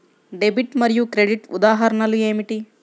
Debit మరియు credit ఉదాహరణలు ఏమిటీ?